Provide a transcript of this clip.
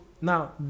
now